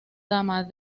drama